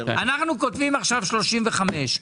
אנחנו כותבים עכשיו 35,